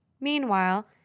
Meanwhile